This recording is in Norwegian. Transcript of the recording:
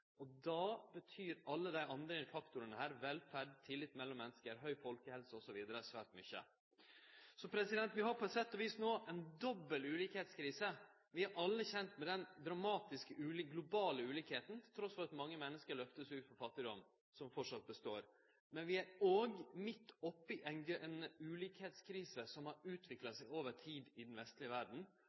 og då betyr alle dei andre faktorane her, som velferd, tillit mellom menneske, god folkehelse osv., svært mykje. Så vi har på sett og vis no ei dobbel ulikskapskrise. Vi er alle kjende med den dramatiske globale ulikskapen, trass i at mange menneske vert lyfta ut av fattigdom – som framleis er der. Men vi er òg midt oppe i ei ulikskapskrise som har utvikla seg over tid i den vestlege verda,